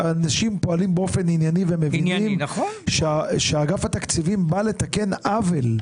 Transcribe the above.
אנשים פועלים באופן ענייני ומבינים שאגף התקציבים בא לתקן עוול.